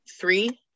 three